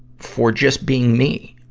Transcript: for just being me,